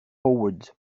award